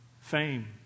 fame